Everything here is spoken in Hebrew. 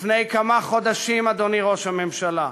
לפני כמה חודשים, אדוני ראש הממשלה,